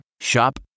Shop